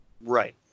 Right